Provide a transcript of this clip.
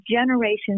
generations